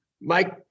Mike